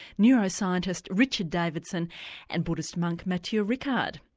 neuroscientist richard davidson and buddhist monk matthieu ricard.